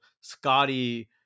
Scotty